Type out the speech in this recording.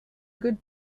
good